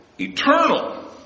eternal